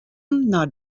nei